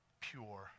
pure